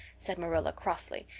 said marilla crossly.